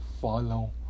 follow